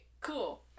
Cool